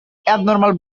abnormal